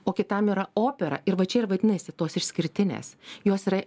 o kitam yra opera ir va čia ir vadinasi tos išskirtinės jos yra